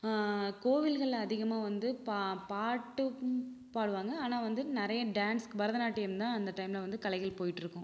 கோவில்களில் அதிகமாக வந்து பா பாட்டும் பாடுவாங்க ஆனால் வந்து நிறைய டான்ஸ் பரதநாட்டியம் தான் அந்த டைமில் வந்து கலைகள் போயிகிட்ருக்கும்